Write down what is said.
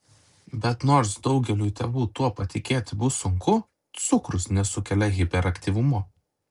bet nors daugeliui tėvų tuo patikėti bus sunku cukrus nesukelia hiperaktyvumo